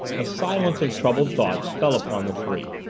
a silence of troubled thoughts fell upon the three.